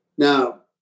Now